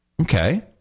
Okay